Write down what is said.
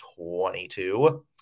22